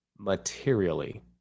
materially